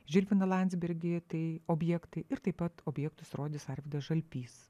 žilviną landsbergį tai objektai ir taip pat objektus rodys arvydas žalpys